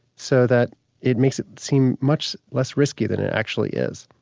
so that it makes it seem much less risky than it actually is,